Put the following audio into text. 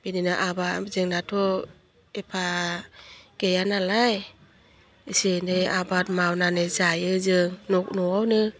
बिदिनो आबाद जोंनाथ' एफा गैया नालाय एसे एनै आबाद मावनानै जायो जों न'वावनो